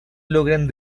logran